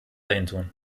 weiterhin